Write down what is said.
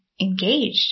engaged